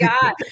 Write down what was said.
God